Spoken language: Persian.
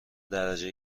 درجه